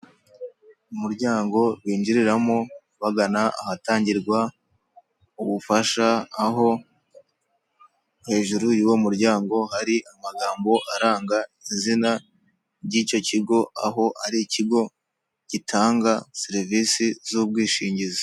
Umuryango bininjiriramo bagana ahatangirwa ubufasha, aho hejuru yuwo muryango hari amagambo aranga izina ry'icyo kigo aho ari ikigo gitanga serivisi z'ubwishingizi.